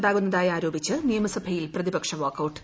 ഉണ്ടാകുന്നതായി ആരോപിച്ച് നിയമസഭയിൽ പ്രതിപക്ഷ വാക്കൌട്ട്